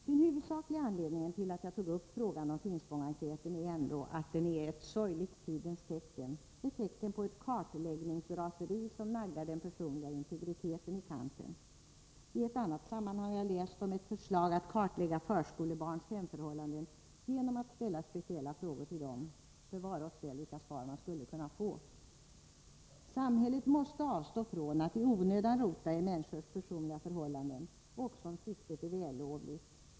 Den huvudsakliga anledningen till att jag tog upp frågan om Finspångenkäten är ändå att den är ett sorgligt tidens tecken, ett tecken på ett kartläggningsraseri som naggar den personliga integriteten i kanten. I ett annat sammanhang har jag läst om ett förslag att kartlägga förskolebarns hemförhållanden genom att ställa speciella frågor till dem. Bevare oss väl, vilka svar man skulle kunna få! Samhället måste avstå från att i onödan rota i människors personliga förhållanden, också om syftet är vällovligt.